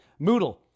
Moodle